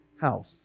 house